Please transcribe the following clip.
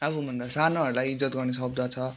आफू भन्दा सानोहरलाई इज्जत गर्ने शब्द छ